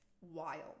wild